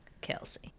Kelsey